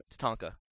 Tatanka